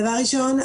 דבר ראשון,